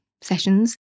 sessions